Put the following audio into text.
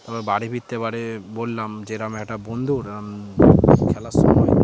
তারপর বাড়ি ফিরতে এবারে বললাম যে এরকম একটা বন্ধুর খেলার সময়